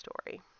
story